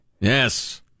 Yes